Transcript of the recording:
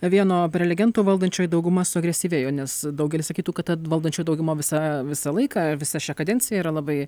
vieno prelegentų valdančioji dauguma suagresyvėjo nes daugelis sakytų kad ta valdančioji dauguma visą visą laiką visą šią kadenciją yra labai